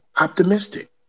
optimistic